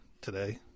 today